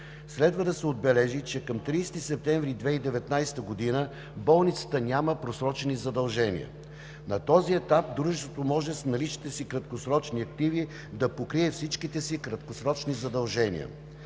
Следва да се отбележи, че към 30 септември 2019 г. болницата няма просрочени задължения. На този етап дружеството може с наличните си краткосрочни активи да покрие всичките си краткосрочни задължения.